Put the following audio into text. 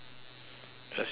just your classmate